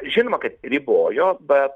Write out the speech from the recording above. žinoma kad ribojo bet